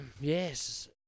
Yes